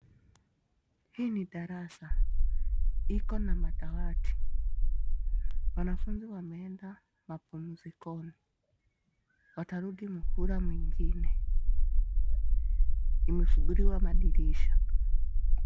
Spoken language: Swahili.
Hii ni darasa, ikona madawati. Wanafuzi wameenda mapumzikoni watarudi muhula mwingine, limefunguliwa madirisha.